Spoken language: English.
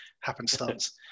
happenstance